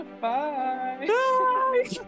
Bye